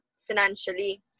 financially